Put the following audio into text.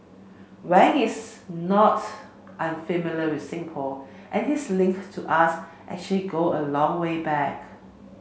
Wang is not unfamiliar with Singapore and his link to us actually go a long way back